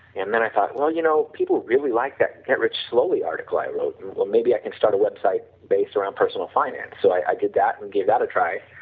and then i thought well you know people really like that, get rich slowly article i wrote, and well maybe i can start a website based around personal finance, so i did that and gave that a try,